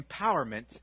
empowerment